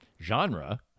genre